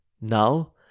Now